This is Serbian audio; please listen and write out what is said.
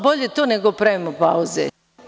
Bolje to, nego da pravimo pauze.